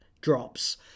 drops